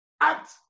Act